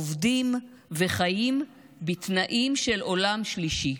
עובדים וחיים בתנאים של עולם שלישי.